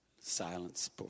silence